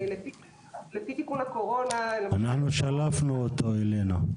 אנחנו שלפנו אותו אלינו.